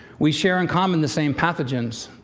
we share in common the same pathogens.